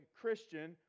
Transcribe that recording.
Christian